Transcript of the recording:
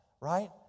right